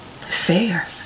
fair